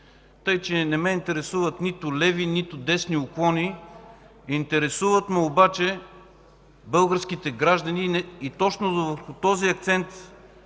фронт. Не ме интересуват нито леви, нито десни уклони. Интересуват ме обаче българските граждани. Точно на този акцент